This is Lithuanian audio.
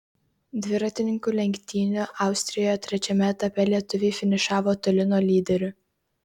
dviratininkų lenktynių austrijoje trečiame etape lietuviai finišavo toli nuo lyderių